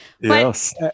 Yes